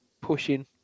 pushing